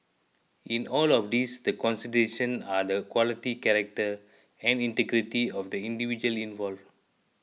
in all of these the consideration are the quality character and integrity of the individuals involved